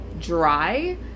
dry